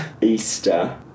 Easter